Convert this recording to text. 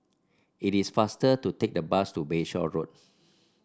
it is faster to take the bus to Bayshore Road